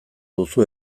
duzu